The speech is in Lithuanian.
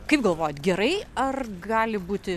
kaip galvojat gerai ar gali būti